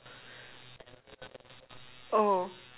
oh